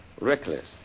reckless